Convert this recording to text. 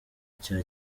cya